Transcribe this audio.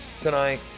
tonight